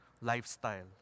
lifestyle